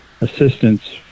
assistance